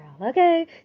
okay